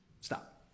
Stop